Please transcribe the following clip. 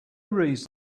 reason